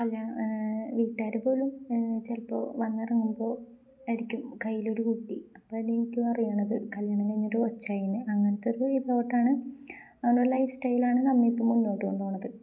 കല്ല്യാ വീട്ടുകാര് പോലും ചെലപ്പോ വന്നെറങ്ങുമ്പോ ആയിരിക്കും കയ്യിലൊരു കുട്ടി അപ്പ അത് എനിിക്ക അറിയണത് കല്യാണം കഴിഞ്ഞൊരു ഒച്ചായിന്ന് അങ്ങനത്തൊരു ഇ തോട്ടാണ് അങ്ങനൊരു ലൈഫ് സ്റ്റൈലാണ് നമ്മ ഇപ്പോ മുന്നോട്ട് കൊണ്ട്ോണത്